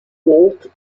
ault